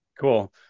Cool